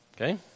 Okay